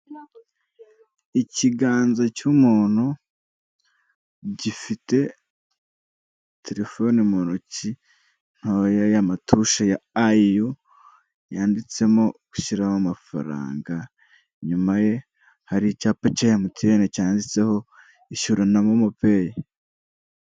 Ikiganza cy'umuntu gifite telefone mu ntoki ntoya y'amatushe ya ayiyu yanditsemo gushyiraho amafaranga, inyuma ye hari icyapa cya MTN cyanditseho ishyura na momo peyi.